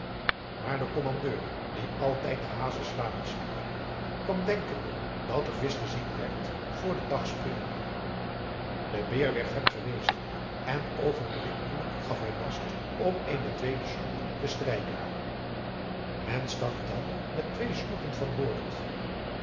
maar de kommandeur die altijd den hazenslaap sliep kwam denkende dat er visch gezien werd voor den dag springen de beer werd hem gewezen en oogenblikkelijk gaf hij last om eene tweede sloep te strijken men stak dan met twee sloepen van boord